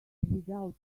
without